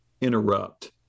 interrupt